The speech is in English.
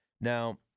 Now